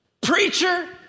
preacher